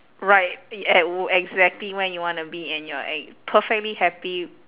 right e~ ex~ exactly where you wanna be and you're ex~ perfectly happy